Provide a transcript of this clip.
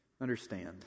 Understand